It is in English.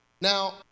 Now